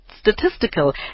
Statistical